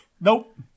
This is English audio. Nope